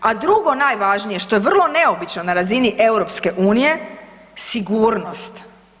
A drugo najvažnije što je vrlo neobično na razini EU sigurnost.